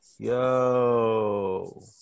Yo